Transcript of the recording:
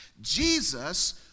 Jesus